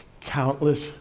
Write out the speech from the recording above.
countless